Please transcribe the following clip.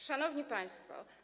Szanowni Państwo!